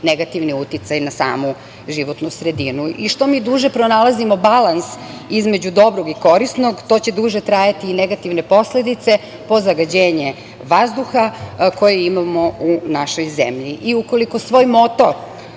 negativni uticaj na samu životnu sredinu. Što mi duže pronalazimo balans između dobrog i korisnog, to će duže trajati i negativne posledice po zagađenje vazduha koje imamo u našoj zemlji. Ukoliko svoj motor